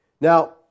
Now